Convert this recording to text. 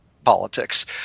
politics